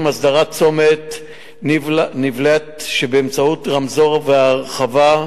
את הסדרת צומת-נבלט באמצעות רמזור והרחבה,